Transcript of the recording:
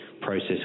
process